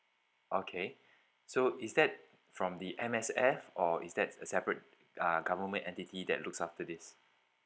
okay so is that from the M_S_F or is that a separate uh government entity that looks after this